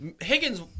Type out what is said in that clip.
Higgins